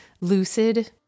lucid